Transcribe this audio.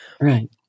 Right